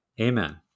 Amen